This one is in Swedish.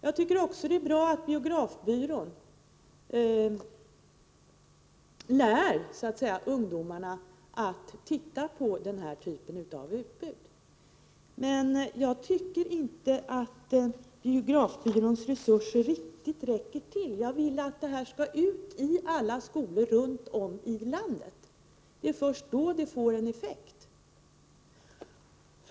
Det är också bra att biografbyrån så att säga lär ungdomarna att titta på det utbud som förekommer, men jag tycker inte att biografbyråns resurser riktigt räcker till. Jag vill att informationen skall ut i alla skolor runt om i landet. Det är först då den får effekt.